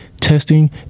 testing